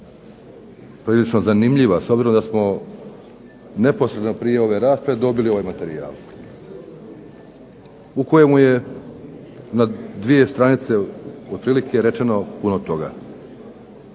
prilično zanimljiva, s obzirom da smo neposredno prije rasprave dobili ovaj materijal u kojemu je na dvije stranice otprilike rečeno puno toga.